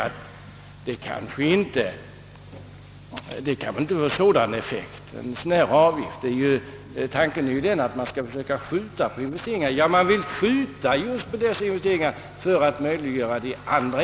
Det har sagts att investeringsavgiften kanske inte får avsedd effekt; tanken är ju den att man skall försöka skjuta på vissa investeringar för att möjliggöra andra.